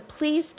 please